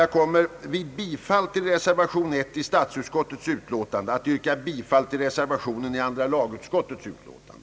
Jag kommer vid bifall till reservation 1 vid statsutskottets utlåtande att yrka bifall till reservationen vid andra lagutskottets utlåtande.